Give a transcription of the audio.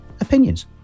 opinions